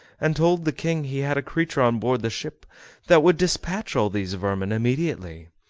and told the king he had a creature on board the ship that would despatch all these vermin immediately.